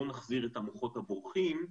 בואו נחזיר את המוחות הבורחים,